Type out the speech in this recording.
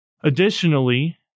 Additionally